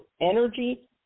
energy